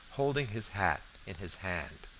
holding his hat in his hand.